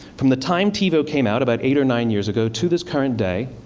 from the time tivo came out about eight or nine years ago to this current day,